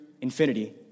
infinity